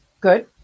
Good